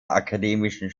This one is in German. akademischen